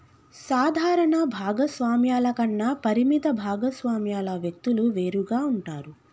సాధారణ భాగస్వామ్యాల కన్నా పరిమిత భాగస్వామ్యాల వ్యక్తులు వేరుగా ఉంటారు